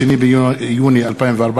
2 ביוני 2014: